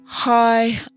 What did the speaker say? Hi